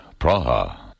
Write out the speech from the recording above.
Praha